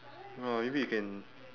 no maybe you can